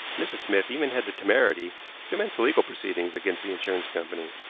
mrs. smith even had the temerity to commence legal proceedings against the insurance company,